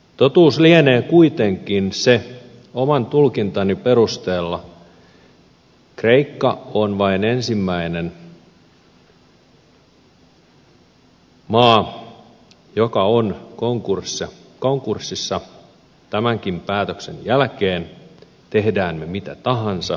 totuus lienee kuitenkin oman tulkintani perusteella se että kreikka on vain ensimmäinen maa joka on konkurssissa tämänkin päätöksen jälkeen teemme me mitä tahansa